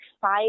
five